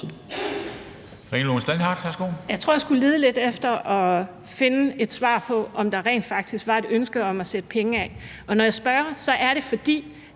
Jeg tror, jeg skulle lede lidt efter at finde et svar på, om der rent faktisk var et ønske om at sætte penge af. Når jeg spørger, er det, fordi